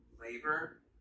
Labor